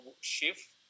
shift